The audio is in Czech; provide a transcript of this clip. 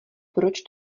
proč